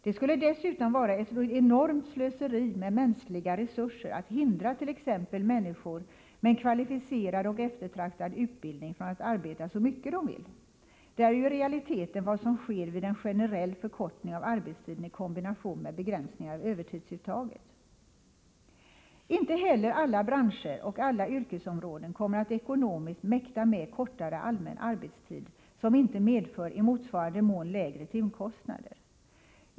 Det skulle dessutom vara ett enormt slöseri med mänskliga resurser att hindra t.ex. människor med en kvalificerad och eftertraktad utbildning från att arbeta så mycket de vill. Men det är ju i realiteten vad som sker vid en generell förkortning av arbetstiden i kombination med begränsningar av övertidsuttaget. 47 Inte heller alla branscher och alla yrkesområden kommer att ekonomiskt mäkta med kortare allmän arbetstid som inte medför i motsvarande mån lägre timkostnader.